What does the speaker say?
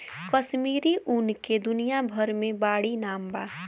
कश्मीरी ऊन के दुनिया भर मे बाड़ी नाम बा